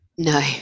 No